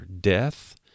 death